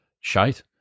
Shite